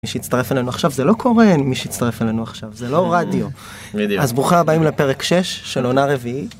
מי שהצטרף אלינו עכשיו, זה לא קורה, מי שהצטרף אלינו עכשיו, זה לא רדיו אז ברוכה הבאים לפרק 6 של עונה רביעית.